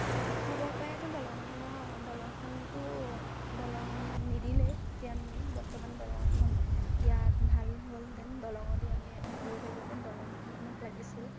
পূৰ্বৰ পৰাইতো দলংখন দলংখনটো দলং নিদিলেই এতিয়া বৰ্তমান দলংখন দিয়াত ভাল হ'লহেঁতেন দলং দি আমি হেৰি কৰিব পাৰিলোহেঁতেন দলংখন আমাক লাগিছিল